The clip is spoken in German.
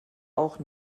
auch